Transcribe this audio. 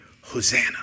Hosanna